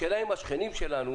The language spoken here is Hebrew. השאלה אם השכנים שלנו